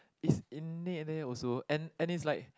is innate eh also and and is like